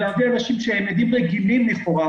להביא אנשים שהם עדים רגילים לכאורה,